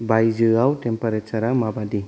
बायजोआव तेमपारेसारा माबादि